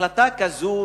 החלטה כזאת,